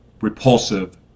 repulsive